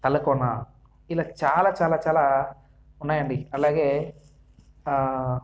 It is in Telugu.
తలకోన ఇలా చాలా చాలా చాలా ఉన్నాయండి అలాగే